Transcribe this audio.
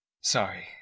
Sorry